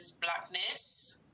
blackness